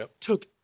took